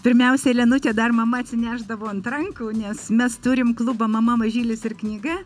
pirmiausia elenutę dar mama atsinešdavo ant rankų nes mes turim klubą mama mažylis ir knyga